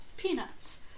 Peanuts